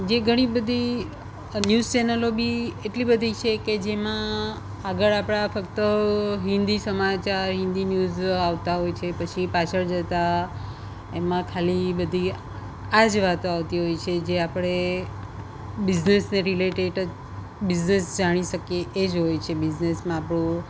જે ઘણી બધી ન્યૂઝ ચેનલો બી એટલી બધી કે જેમાં આગળ આપણાં ફક્ત હિન્દી સમાચાર હિન્દી ન્યૂઝ આવતા હોય છે પછી પાછળ જતાં એમાં ખાલી બધી આ જ વાતો આવતી હોય છે જે આપણે બિઝનસને રિલેટેડ જ બિઝનેસ જાણી શકીએ એ જ હોય છે બિઝનેસમાં આપણું